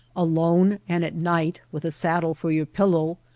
alone and at night, with a saddle for your pil low,